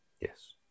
Yes